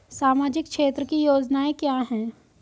सामाजिक क्षेत्र की योजनाएं क्या हैं?